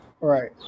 Right